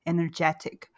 Energetic